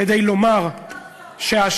כדי לומר שהשגיאה,